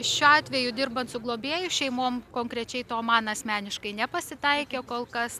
šiuo atveju dirbant su globėjų šeimom konkrečiai to man asmeniškai nepasitaikė kol kas